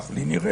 כך לי נראה,